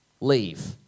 leave